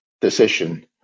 decision